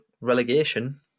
relegation